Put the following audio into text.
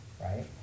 right